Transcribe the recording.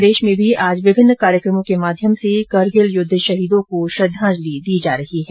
प्रदेश में भी आज विभिन्न कार्यक्रमों के माध्यम से करगिल युद्ध शहीदों को श्रद्दाजलि अर्पित की जा रही है